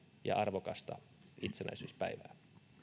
ja arvokasta itsenäisyyspäivää